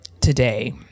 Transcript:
today